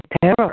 terror